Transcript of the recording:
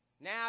Now